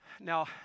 Now